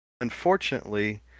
unfortunately